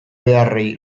beharrei